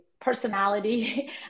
personality